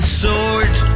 sword